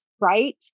right